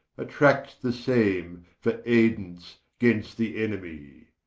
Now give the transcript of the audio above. attracts the same for aydance gainst the enemy,